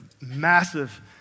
massive